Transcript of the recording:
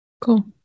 Cool